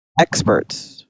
Experts